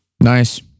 nice